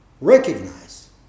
Recognize